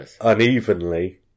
unevenly